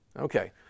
Okay